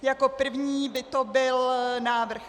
Jako první by to byl návrh